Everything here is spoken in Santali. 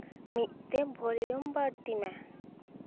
ᱢᱤᱫ ᱛᱮ ᱵᱷᱚᱞᱤᱭᱩᱢ ᱵᱟᱹᱲᱛᱤᱭ ᱢᱮ